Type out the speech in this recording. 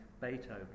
Beethoven